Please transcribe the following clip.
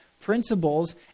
principles